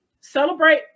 Celebrate